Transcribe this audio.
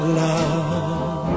love